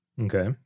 Okay